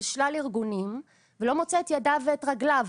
שלל ארגונים ולא מוצא את ידיו ואת רגליו.